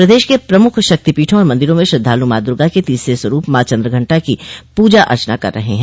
प्रदेश के प्रमुख शक्तिपीठों और मंदिरों में श्रद्धालु मां दुर्गा के तीसरे स्वरूप मां चन्द्रघंटा की पूजा अर्चना कर रहे हैं